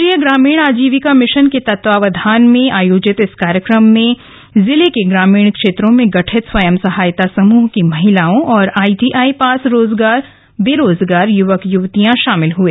राष्ट्रीय ग्रामीण आजीविका मिशन के तत्वावधान में आयोजित इस कार्यक्रम में जिले के ग्रामीण क्षेत्रों में गठित स्वयं सहायता समूह की महिलाओं और आईटीआई पास बेरोजगार युवक युवतियां शामिल हुए